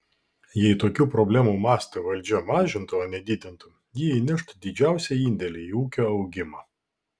jei tokių problemų mastą valdžia mažintų o ne didintų ji įneštų didžiausią indėlį į ūkio augimą